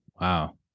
Wow